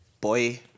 Boy